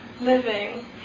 living